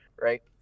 right